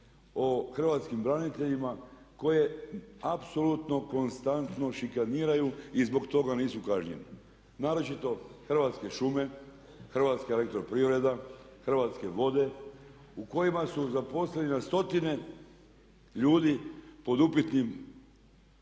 o hrvatskim braniteljima koje apsolutno konstantno šikaniraju i zbog toga nisu kažnjeni. Naročito Hrvatske šume, HEP, Hrvatske vode u kojima su zaposleni na stotine ljudi pod upitnim